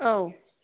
औ